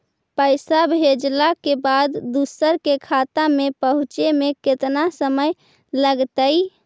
पैसा भेजला के बाद दुसर के खाता में पहुँचे में केतना समय लगतइ?